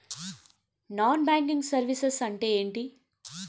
Non banking services అంటే ఎంటి?